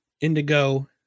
indigo